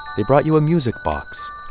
they brought you a music box.